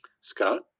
Scott